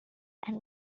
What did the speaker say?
and